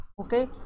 okay